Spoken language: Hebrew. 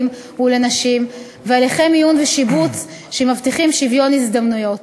ולנשים והליכי מיון ושיבוץ שמבטיחים שוויון הזדמנויות.